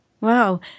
wow